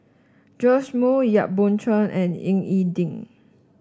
Joash Moo Yap Boon Chuan and Ying E Ding